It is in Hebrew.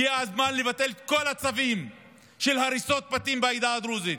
הגיע הזמן לבטל את כל הצווים להריסות בתים בעדה הדרוזית,